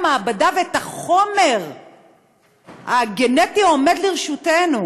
המעבדה ואת החומר הגנטי העומד לרשותנו.